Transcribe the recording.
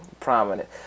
prominent